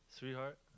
Sweetheart